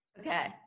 Okay